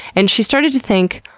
and she started to think,